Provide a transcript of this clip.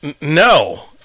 No